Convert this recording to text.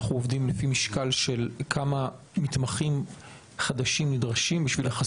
אנחנו עובדים לפי משקל של כמה מתמחים חדשים נדרשים בשביל לכסות על הפער.